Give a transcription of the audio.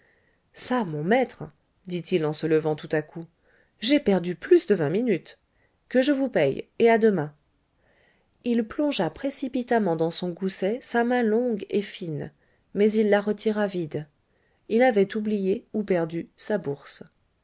çà mon maître dit-il en se levant tout à coup j'ai perdu plus de vingt minutes que je vous paye et à demain il plongea précipitamment dans son gousset sa main longue et fine mais il la retira vide il avait oublié ou perdu sa bourse